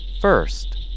First